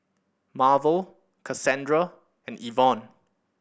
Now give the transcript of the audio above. Marvel Cassandra and Yvonne